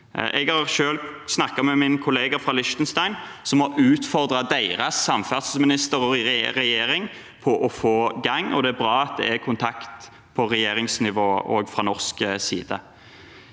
Jeg har selv snakket med en kollega fra Liechtenstein, som har utfordret sin samferdselsminister i regjering, for å få det i gang. Det er bra at det også er kontakt på regjeringsnivå fra norsk side.